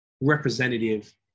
representative